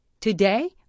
today